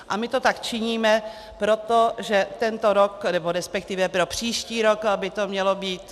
A my to tak činíme proto, že tento rok, nebo respektive pro příští rok by to mělo být...